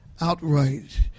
outright